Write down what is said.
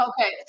Okay